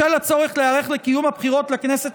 בשל הצורך להיערך לקיום הבחירות לכנסת